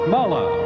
Mala